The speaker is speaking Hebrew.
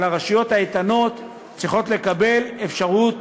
אבל הרשויות האיתנות צריכות לקבל אפשרות